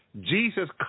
Jesus